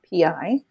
PI